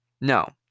no